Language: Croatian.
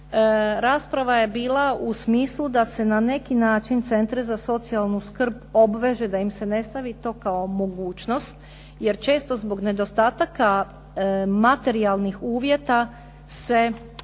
Rasprava je bila u smislu da se na neki način centri za socijalnu skrb obveže, da im se ne stavi to kao mogućnost, jer često zbog nedostataka materijalnih uvjeta se